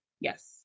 Yes